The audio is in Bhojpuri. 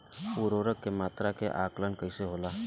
उर्वरक के मात्रा के आंकलन कईसे होला?